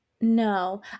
No